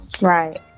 Right